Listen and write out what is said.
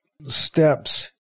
Steps